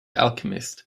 alchemist